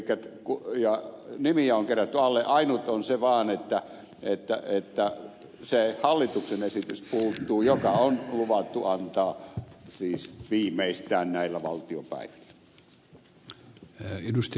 elikkä nimiä on kerätty alle ainut on se vaan että se hallituksen esitys puuttuu joka on luvattu antaa siis viimeistään näillä valtiopäivillä